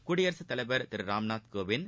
குடியரசு தலைவர் திரு ராம்நாத் கோவிந்த்